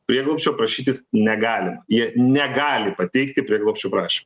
prieglobsčio prašytis negali jie negali pateikti prieglobsčio prašymo